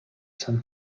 san